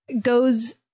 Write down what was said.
goes